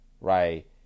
right